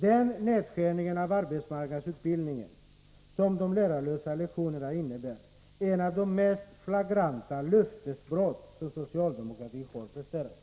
Den nedskärning av arbetsmarknadsutbildningen som de lärarlösa lektionerna innebär är ett av de mest flagranta löftesbrott som socialdemokratin har presterat.